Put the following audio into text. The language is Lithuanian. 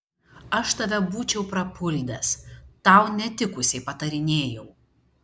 aš tave būčiau prapuldęs tau netikusiai patarinėjau